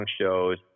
shows